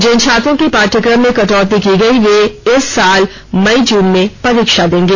जिन छात्रों के पाठ्यक्रम में कटौती की गई वे इस साल मई जून में परीक्षा देंगे